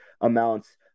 amounts